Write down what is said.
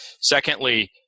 Secondly